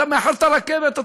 אתה מאחר את הרכבת,